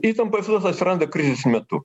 įtampos vis atsiranda krizės metu